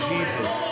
Jesus